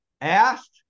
asked